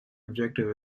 objective